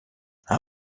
how